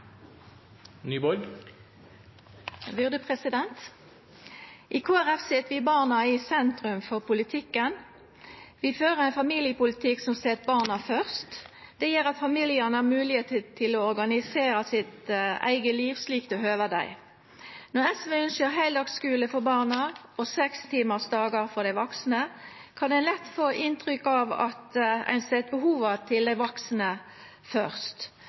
I Kristeleg Folkeparti set vi barna i sentrum for politikken. Vi fører ein familiepolitikk som set barna først. Det gjer at familiane har moglegheit til å organisera sitt eige liv slik det høver dei. Når SV ynskjer heildagsskule for barna og sekstimarsdagar for dei vaksne, kan ein lett få inntrykk av at ein set behova til dei vaksne først.